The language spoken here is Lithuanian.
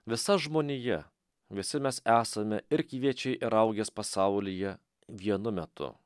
visa žmonija visi mes esame ir kviečiai ir raugės pasaulyje vienu metu